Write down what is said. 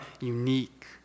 unique